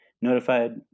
notified